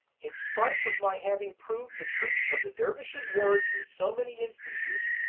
in spite of my having proved the truth of the dervish's words in so many instances,